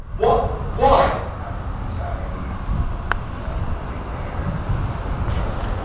what, why. um this anxiety and then and get the hair and i'm like bam